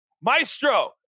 Maestro